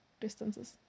distances